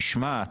תשמע,